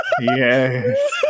Yes